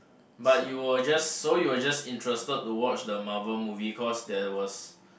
but you were just so you were just interested to watch the Marvel movie cause there was